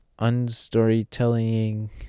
unstorytelling